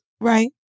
right